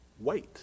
wait